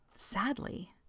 Sadly